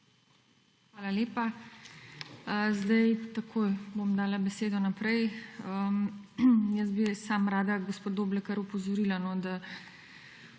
Hvala lepa. Takoj bom dala besedo naprej. Jaz bi samo rada, gospod Doblekar, opozorila,